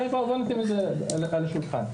בואו נשים את זה על השולחן.